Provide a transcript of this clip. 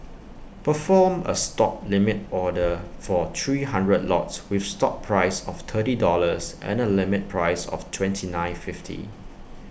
perform A stop limit order for three hundred lots with stop price of thirty dollars and A limit price of twenty nine fifty